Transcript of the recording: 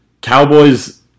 Cowboys